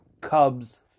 Cubs